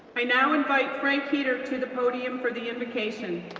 i now invite frank heter to the podium for the invocation.